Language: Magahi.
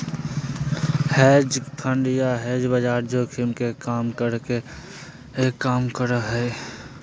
हेज फंड या हेज बाजार जोखिम के कम करे के काम करो हय